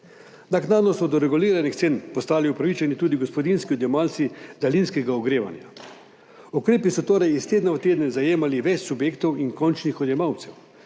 Naknadno so do reguliranih cen postali upravičeni tudi gospodinjski odjemalci daljinskega ogrevanja. Ukrepi so torej iz tedna v teden zajemali več subjektov in končnih odjemalcev.